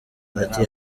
ati